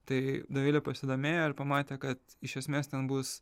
tai dovilė pasidomėjo ir pamatė kad iš esmės ten bus